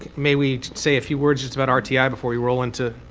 may we say a few words, just about um rti, yeah before we roll into